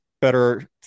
better